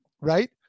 right